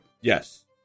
Yes